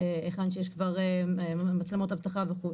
היכן שכבר יש מצלמות אבטחה וכדומה.